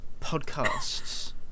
podcasts